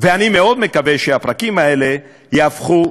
ואני מאוד מקווה שהפרקים האלה יהפכו,